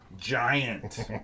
Giant